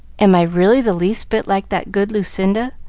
am i really the least bit like that good lucinda?